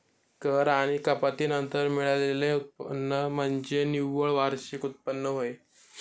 कर आणि कपाती नंतर मिळालेले उत्पन्न म्हणजे निव्वळ वार्षिक उत्पन्न होय